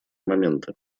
моменты